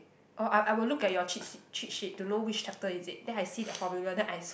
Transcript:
oh I I will look at your Cheat Sheet Cheat Sheet to know which chapter is it then I see their formula then I s~